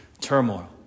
turmoil